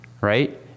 right